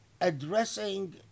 addressing